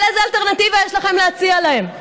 אבל איזו אלטרנטיבה יש לכם להציע להם?